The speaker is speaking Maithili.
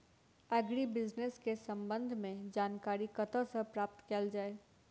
एग्री बिजनेस केँ संबंध मे जानकारी कतह सऽ प्राप्त कैल जाए?